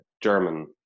German